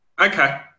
Okay